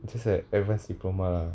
it's just an advanced diploma lah